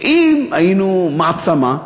אם היינו מעצמה,